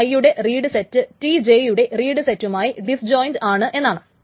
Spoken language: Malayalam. Ti യുടെ റീഡ് സെറ്റ് Tj യുടെ റീഡ് സെറ്റുമായി ഡിസ്ജോയിന്റ് ആണ് എന്നാണ്